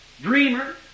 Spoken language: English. dreamer